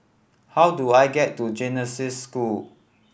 how do I get to Genesis School